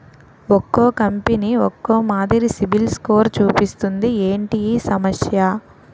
ఒక్కో కంపెనీ ఒక్కో మాదిరి సిబిల్ స్కోర్ చూపిస్తుంది ఏంటి ఈ సమస్య?